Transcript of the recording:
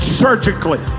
surgically